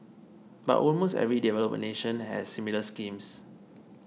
but almost every developed nation has similar schemes